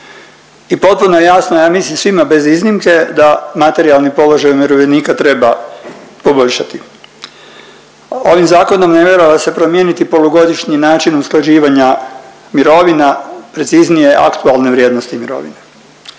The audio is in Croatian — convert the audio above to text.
I potpuno je jasno ja mislim svima bez iznimke da materijalni položaj umirovljenika treba poboljšati. Ovim zakonom namjerava se promijeniti polugodišnji način usklađivanja mirovina preciznije aktualne vrijednosti mirovina